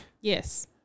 Yes